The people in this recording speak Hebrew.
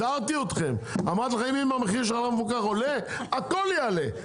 הזהרתי אתכם ואמרתי אם המחיר של החלב המפוקח עולה אז הכול יעלה,